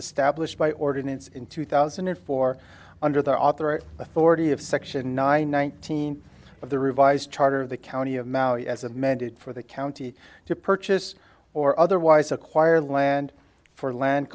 established by ordinance in two thousand and four under the author authority of section nine nineteen of the revised charter of the county of maui as amended for the county to purchase or otherwise acquire land for land